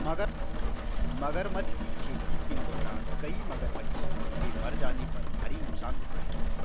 मगरमच्छ की खेती के दौरान कई मगरमच्छ के मर जाने पर भारी नुकसान होता है